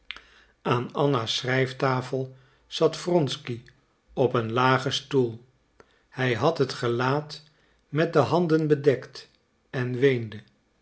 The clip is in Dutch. aan anna's schrijftafel zat wronsky op een lagen stoel hij had het gelaat met de handen bedekt en weende